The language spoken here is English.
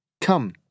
come